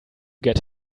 get